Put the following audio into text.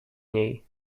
niej